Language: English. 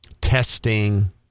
Testing